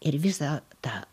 ir visą tą